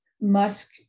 Musk